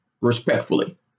respectfully